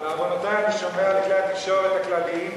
בעוונותי אני שומע את כלי התקשורת הכלליים,